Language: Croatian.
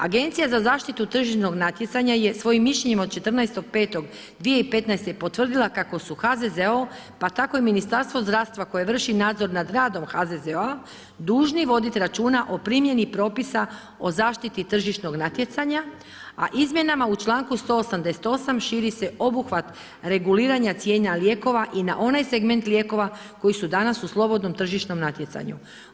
Agencija za zaštitu tržišnog natjecanja je svojim mišljenjem od 14.5.2015. potvrdila kako su HZZO, pa tako i Ministarstvo zdravstva koje vrši nadzor nad radom HZZO-a dužni voditi računa o primjeni propisa o zaštiti tržišnog natjecanja a izmjenama u članku 188 širi se obuhvat reguliranja cijena lijekova i na onaj segment lijekova koji su danas u slobodnom tržišnom natjecanju.